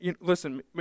listen